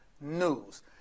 news